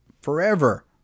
forever